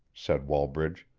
said wallbridge.